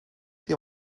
die